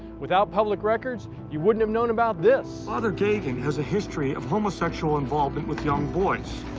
without public records, you wouldn't have known about this. father dagan has a history of homosexual involvement with young boys.